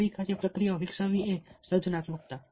નવી કાર્ય પ્રક્રિયાઓ વિકસાવવી એ છે સર્જનાત્મકતા